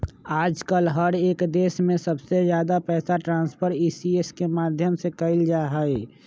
आजकल हर एक देश में सबसे ज्यादा पैसा ट्रान्स्फर ई.सी.एस के माध्यम से कइल जाहई